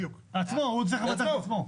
הוא צריך לעצמו.